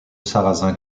sarrazin